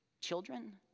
children